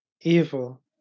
evil